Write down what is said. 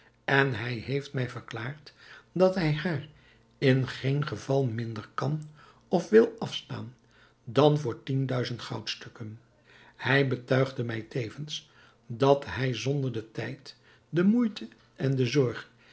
en hij heeft mij verklaard dat hij haar in geen geval minder kan of wil afstaan dan voor tienduizend goudstukken hij betuigde mij tevens dat hij zonder den tijd de moeite en de zorg